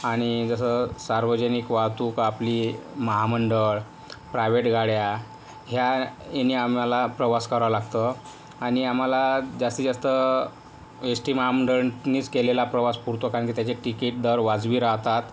आणि जसं सार्वजनिक वाहतूक आपली महामंडळ प्रायव्हेट गाड्या ह्या याने आम्हाला प्रवास करावा लागतो आणि आम्हाला जास्तीत जास्त एस टी महामंडळनेच केलेला प्रवास पुरतो कारण की तिकीट दर वाजवी राहतात